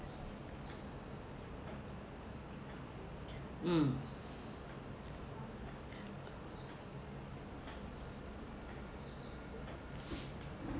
mm